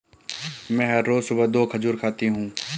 मैं हर रोज सुबह दो खजूर खाती हूँ